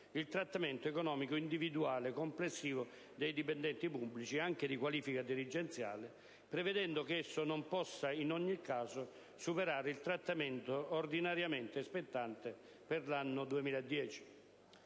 il trattamento economico individuale complessivo dei dipendenti pubblici, anche di qualifica dirigenziale, prevedendo che esso non possa in ogni caso superare il trattamento ordinariamente spettante per l'anno 2010.